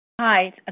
Hi